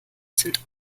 sind